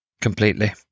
completely